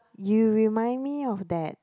you remind me of that